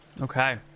Okay